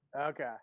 Okay